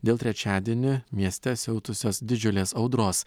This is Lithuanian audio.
dėl trečiadienį mieste siautusios didžiulės audros